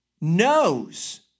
knows